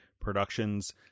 productions